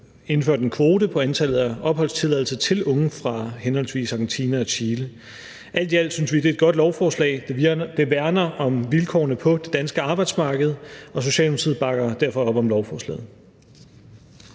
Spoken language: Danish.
indført en kvote på antallet af opholdstilladelser til unge fra henholdsvis Argentina og Chile. Alt i alt synes vi, det er et godt lovforslag. Det værner om vilkårene på det danske arbejdsmarked, og Socialdemokratiet bakker derfor op om lovforslaget.